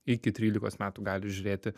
iki trylikos metų gali žiūrėti